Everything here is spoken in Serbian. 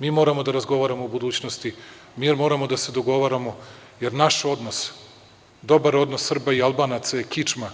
Mi moramo da razgovaramo o budućnosti, mi moramo da se dogovaramo, jer naš odnos, dobar odnos Srba i Albanaca je kičma